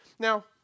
Now